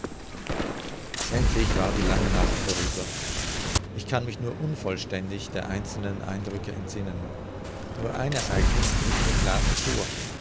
endlich war die lange nacht vorüber ich kann mich nur unvollständig der einzelnen eindrücke entsinnen nur ein ereigniß tritt mir klar hervor